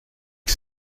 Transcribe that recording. que